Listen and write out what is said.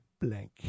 blank